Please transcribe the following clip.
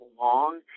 long